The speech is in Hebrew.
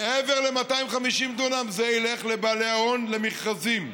מעבר ל-250 דונם, זה ילך לבעלי ההון, למכרזים.